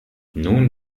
nun